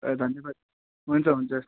ए धन्यवाद हुन्छ हुन्छ